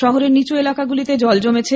শহরের নিচু এলাকাগুলিতে জল জমেছে